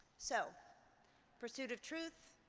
so pursuit of truth,